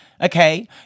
Okay